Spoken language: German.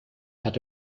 hatte